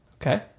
okay